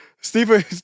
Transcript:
Stephen